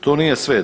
To nije sve.